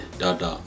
dada